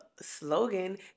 slogan